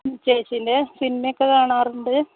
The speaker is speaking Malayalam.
ചേച്ചിൻ്റെ സിനിമയൊക്കെ കാണാറുണ്ട്